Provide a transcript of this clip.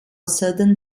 certain